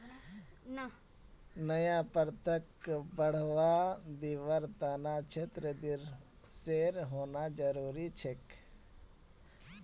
नया प्रथाक बढ़वा दीबार त न क्षेत्र दिवसेर होना जरूरी छोक